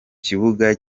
kibuga